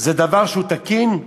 דבר שהוא תקין?